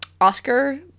Oscar